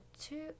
two